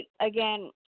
again